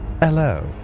Hello